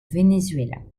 venezuela